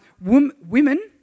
women